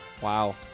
Wow